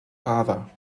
father